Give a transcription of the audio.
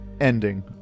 ending